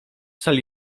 sali